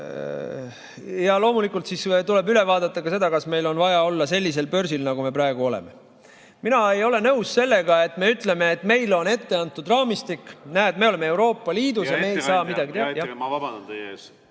Ja loomulikult tuleb üle vaadata ka see, kas meil on vaja olla sellisel börsil, nagu me praegu oleme. Mina ei ole nõus sellega, et me ütleme, et meile on ette antud raamistik, näed, et me oleme Euroopa Liidus ja ei saa midagi teha.